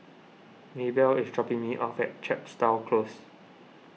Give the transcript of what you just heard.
Maebelle is dropping me off at Chepstow Close